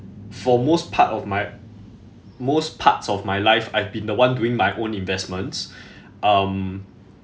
for most part of my most parts of my life I've been the one doing my own investments um